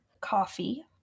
coffee